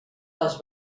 les